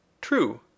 True